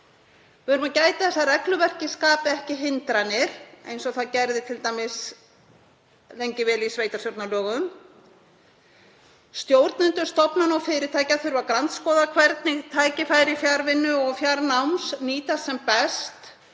Við verðum að gæta þess að regluverkið skapi ekki hindranir, eins og það gerði t.d. lengi vel í sveitarstjórnarlögum. Stjórnendur stofnana og fyrirtækja þurfa að grandskoða hvernig tækifæri fjarvinnu og fjarnáms nýtast sem best.